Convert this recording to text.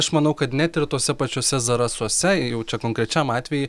aš manau kad net ir tuose pačiuose zarasuose jau čia konkrečiam atvejui